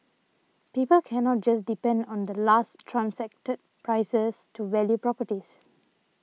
people cannot just depend on the last transacted prices to value properties